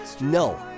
no